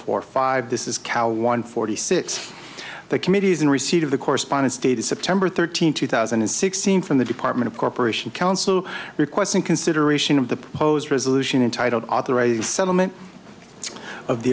four five this is cow one forty six the committee is in receipt of the correspondence dated september thirteenth two thousand and sixteen from the department of corporation counsel requesting consideration of the proposed resolution entitled authorized settlement of the